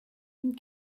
une